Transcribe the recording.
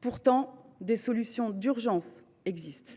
Pourtant des solutions d’urgence existent :